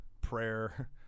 prayer